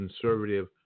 conservative